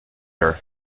her